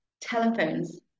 telephones